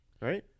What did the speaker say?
Right